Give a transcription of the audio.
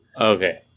Okay